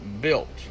built